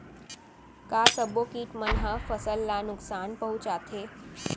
का सब्बो किट मन ह फसल ला नुकसान पहुंचाथे?